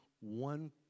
one